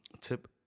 Tip